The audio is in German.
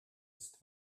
ist